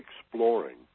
exploring